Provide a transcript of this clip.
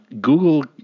Google